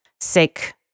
sick